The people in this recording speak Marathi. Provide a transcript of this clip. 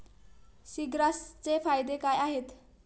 सीग्रासचे फायदे काय आहेत?